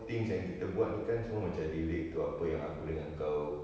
things yang kita buat ni kan semua macam relate to apa yang aku dengan kau